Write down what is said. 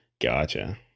Gotcha